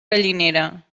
gallinera